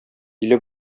иле